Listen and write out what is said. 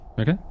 Okay